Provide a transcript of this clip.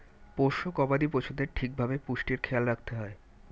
পোষ্য গবাদি পশুদের ঠিক ভাবে পুষ্টির খেয়াল রাখতে হয়